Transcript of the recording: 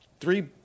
three